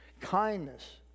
Kindness